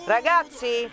Ragazzi